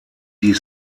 die